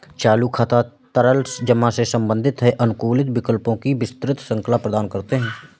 चालू खाते तरल जमा से संबंधित हैं, अनुकूलित विकल्पों की विस्तृत श्रृंखला प्रदान करते हैं